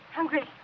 Hungry